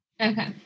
Okay